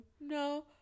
no